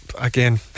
again